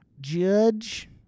judge